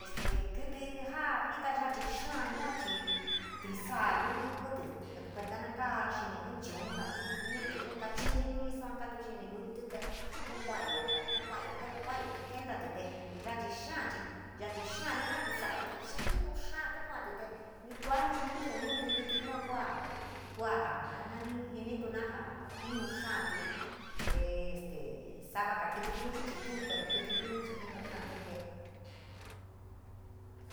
Kítí jaa jika yachi xaa yua chii tisaa luli kuutí tee kuenta na kaa xini inn chuun, jaa ñuutí inn kachini luli sua kaatu suaa katu xini lulití, tee nuu kua'ayoo nu kuayo ntenu kuayo te kentatí tee yachi xaa jaa chii yachii xaani jakusau'utí xii jinuu xaatí kuatí tee ni tua nii jiniyo nutí, kítí yua kua kua kua na nani jinituna jaa jinu xaatí te este saba kaa kíti luli chii tuu pero kítíliun chii jinu xaatí te.